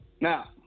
Now